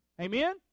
Amen